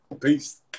peace